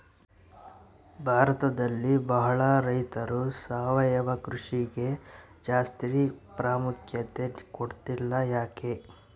ಭಾರತದಲ್ಲಿ ಬಹಳ ರೈತರು ಸಾವಯವ ಕೃಷಿಗೆ ಜಾಸ್ತಿ ಪ್ರಾಮುಖ್ಯತೆ ಕೊಡ್ತಿಲ್ಲ ಯಾಕೆ?